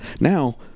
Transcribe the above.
Now